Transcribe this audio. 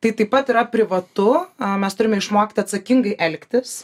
tai taip pat yra privatu a mes turime išmokti atsakingai elgtis